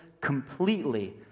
completely